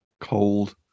cold